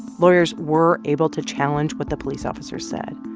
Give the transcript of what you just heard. lawyers were able to challenge what the police officer said.